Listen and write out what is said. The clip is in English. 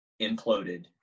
imploded